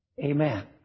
Amen